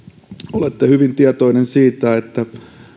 olette hyvin tietoinen siitä että